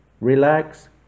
relax